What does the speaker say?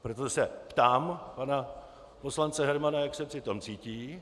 Proto se ptám pana poslance Hermana, jak se při tom cítí.